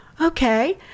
okay